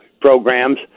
programs